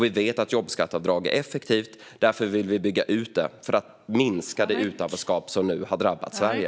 Vi vet att jobbskatteavdrag är effektiva. Därför vill vi bygga ut dem för att minska det utanförskap som nu har drabbat Sverige.